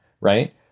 right